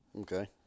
Okay